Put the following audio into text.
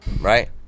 Right